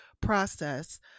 process